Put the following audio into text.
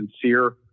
sincere